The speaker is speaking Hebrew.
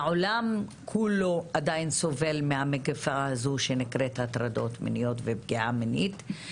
העולם כולו עדיין סובל מהמגפה הזאת שנקראת הטרדות מיניות ופגיעה מינית,